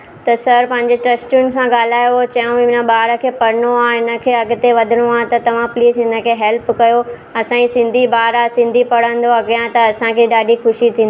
त सर पंहिंजे ट्रस्टियुनि सां ॻाल्हायो चयो हिन ॿारु खे पढ़िनो आहे हिनखे अॻिते वधिणो आहे त तव्हां प्लीज़ हिनखे हेल्प कयो असां जी सिंधी ॿारु आहे सिंधी पढ़ंदो अॻियां त असांखे ॾाढी खुशी थींदी